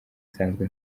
nsanzwe